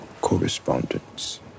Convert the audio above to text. correspondence